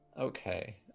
Okay